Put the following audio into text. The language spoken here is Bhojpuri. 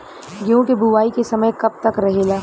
गेहूँ के बुवाई के समय कब तक रहेला?